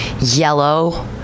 yellow